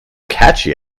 catchy